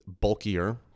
bulkier